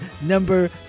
number